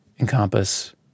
encompass